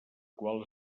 qual